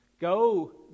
Go